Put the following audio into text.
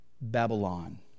Babylon